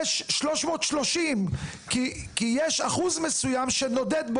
יש 330; יש אחוז מסוים של מטפלות שנודדות